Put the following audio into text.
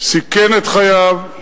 סיכן את חייו,